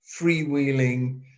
freewheeling